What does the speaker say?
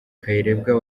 kayirebwa